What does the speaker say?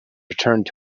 returned